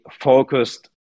focused